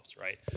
right